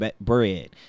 bread